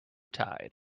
tide